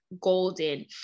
golden